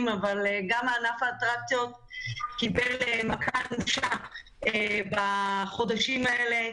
אבל גם ענף האטרקציות קיבל מכה אנושה בחודשים האלה.